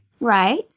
Right